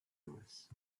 lewis